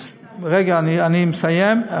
רגע, אני מסיים.